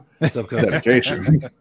dedication